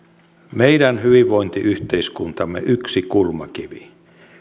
meidän hyvinvointiyhteiskuntamme yksi kulmakivi